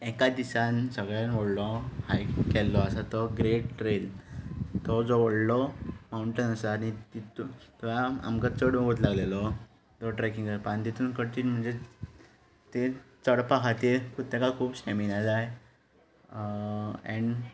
एका दिसांत सगळ्यांत व्हडलो हायक केल्लो आसा तो ग्रेट ट्रॅल तो जो व्हडलो मांवटन आसा आनी थंय आमकां चड वगत लागलेलो तो ट्रॅकिंग करपाक आनी तितूंत कठीण म्हणजे थंय चडपा खातीर तेका खूब स्टेमिना जाय एन्ड